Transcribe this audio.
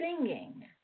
singing